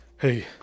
Hey